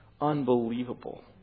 unbelievable